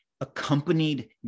accompanied